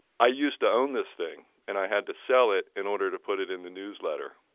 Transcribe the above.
i used to own this thing and i had to sell it in order to put it in the newsletter,